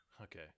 Okay